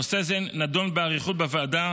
נושא זה נדון באריכות בוועדה